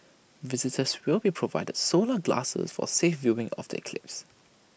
visitors will be provided solar glasses for safe viewing of the eclipse